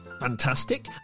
Fantastic